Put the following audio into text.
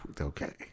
okay